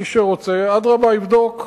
מי שרוצה, אדרבה, יבדוק.